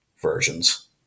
versions